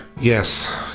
Yes